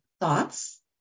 thoughts